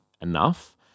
enough